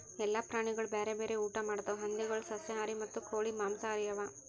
ಎಲ್ಲ ಪ್ರಾಣಿಗೊಳ್ ಬ್ಯಾರೆ ಬ್ಯಾರೆ ಊಟಾ ಮಾಡ್ತಾವ್ ಹಂದಿಗೊಳ್ ಸಸ್ಯಾಹಾರಿ ಮತ್ತ ಕೋಳಿ ಮಾಂಸಹಾರಿ ಅವಾ